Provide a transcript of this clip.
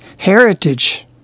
Heritage